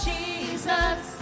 Jesus